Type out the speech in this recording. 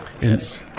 Yes